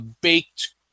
baked